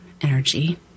energy